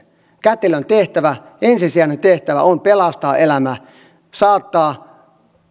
kätilön tehtävä ensisijainen tehtävä on pelastaa elämä saattaa